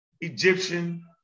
Egyptian